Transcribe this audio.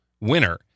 winner